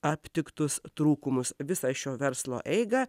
aptiktus trūkumus visą šio verslo eigą